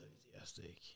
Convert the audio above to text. enthusiastic